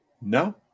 No